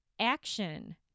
action